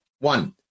One